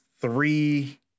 three